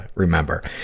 remember.